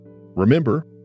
Remember